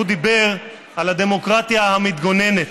והוא דיבר על הדמוקרטיה המתגוננת: